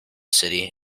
city